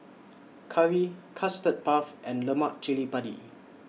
Curry Custard Puff and Lemak Chili Padi